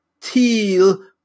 teal